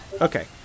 Okay